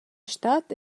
stad